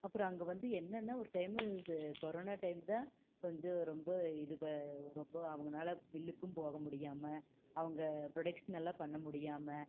அப்புறம் அங்கே வந்து என்னென்னால் ஒரு டைம்மு சு கொரோனா டைம் தான் கொஞ்சம் ரொம்ப இது ப ரொம்ப அவங்கனால மில்லுக்கும் போக முடியாமல் அவுங்க ப்ரொடெக்ஷன் எல்லாம் பண்ண முடியாமல்